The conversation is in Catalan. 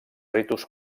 ritus